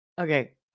Okay